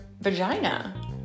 vagina